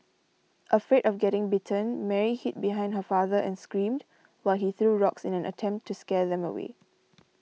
afraid of getting bitten Mary hid behind her father and screamed while he threw rocks in an attempt to scare them away